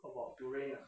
about to rain ah